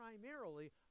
primarily